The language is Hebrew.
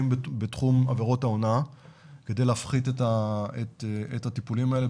בתחום עבירות ההונאה כדי להפחית את הטיפולים האלה,